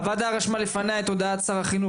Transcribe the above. הוועדה רשמה לפניה את הודעת שר החינוך